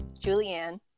Julianne